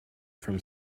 from